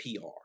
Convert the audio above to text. PR